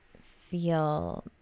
feel